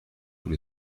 tout